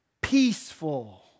Peaceful